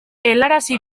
helarazi